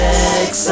Sex